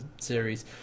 series